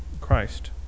Christ